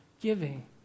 giving